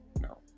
No